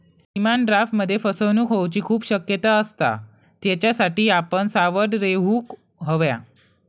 demand ड्राफ्टमध्ये फसवणूक होऊची खूप शक्यता असता, त्येच्यासाठी आपण सावध रेव्हूक हव्या